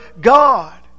God